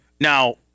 Now